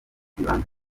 ibanga